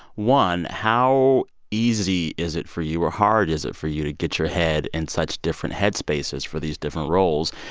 one, how easy is it for you or hard is it for you to get your head in such different headspaces for these different roles?